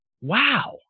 wow